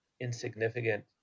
insignificant